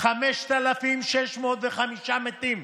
5,605 מתים.